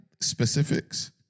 specifics